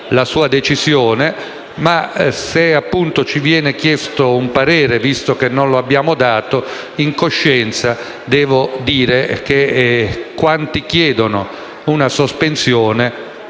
la sua decisione, ma se ci viene chiesto un parere, visto che non lo abbiamo espresso, in coscienza devo dire che quanti chiedono una sospensione